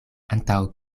antaŭ